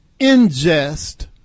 ingest